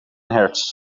hertz